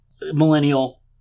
millennial